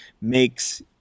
makes